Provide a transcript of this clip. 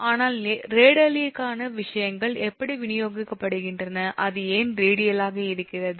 ஆனால் ரேடியலுக்கான விஷயங்கள் எப்படி விநியோகிக்கப்படுகின்றன அது ஏன் ரேடியலாக இருக்கிறது